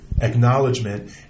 acknowledgement